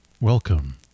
Welcome